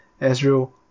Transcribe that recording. Ezreal